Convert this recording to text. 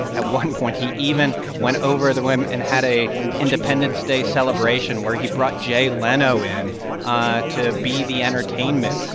at one point, he even went over the rim and had a independence day celebration where he brought jay leno in ah to be the entertainment.